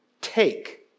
take